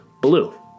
BLUE